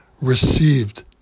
received